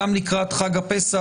גם לקראת חג הפסח,